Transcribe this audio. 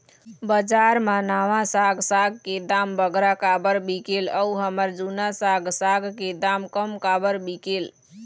बजार मा नावा साग साग के दाम बगरा काबर बिकेल अऊ हमर जूना साग साग के दाम कम काबर बिकेल?